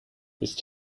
ist